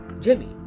Jimmy